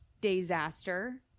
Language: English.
Disaster